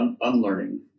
unlearning